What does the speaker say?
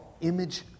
image